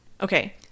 okay